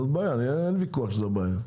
אין ויכוח שזאת בעיה.